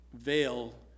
veil